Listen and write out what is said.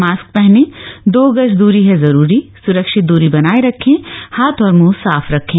mask पहनें दो गज दूरी है जरूरी सुरक्षित दूरी बनाए रखें हाथ और मुंह साफ रखें